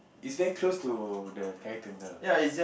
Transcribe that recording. is that close to the ferry terminal ah